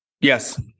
Yes